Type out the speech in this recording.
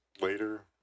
later